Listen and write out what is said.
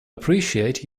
appreciate